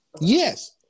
Yes